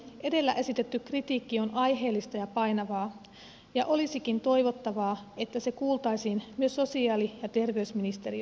edellä esitetty kritiikki on aiheellista ja painavaa ja olisikin toivottavaa että se kuultaisiin myös sosiaali ja terveysministeriössä